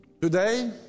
Today